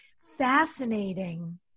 Fascinating